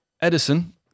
Edison